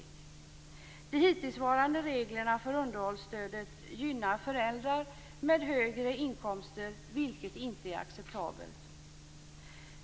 De hittillsvarande reglerna för underhållsstödet gynnar föräldrar med högre inkomster, vilket inte är acceptabelt.